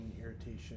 irritation